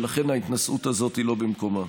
לכן ההתנשאות הזאת היא לא במקומה.